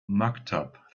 maktub